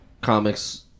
comics